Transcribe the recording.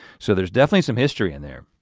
so there's definitely some history in there.